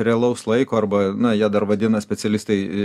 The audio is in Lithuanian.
realaus laiko arba na jie dar vadina specialistai